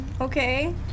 okay